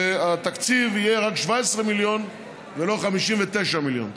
והתקציב יהיה רק 17 מיליון, ולא 59 מיליון.